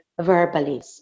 verbally